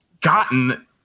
gotten